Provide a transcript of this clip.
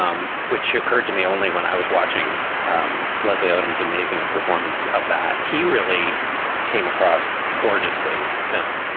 um which occurred to me only when i was watching um leslie odom's amazing performance of that. he really came across gorgeously in the film